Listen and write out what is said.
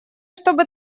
чтобы